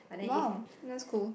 !wow! that's cool